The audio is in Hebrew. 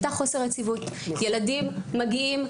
ילדים מגיעים,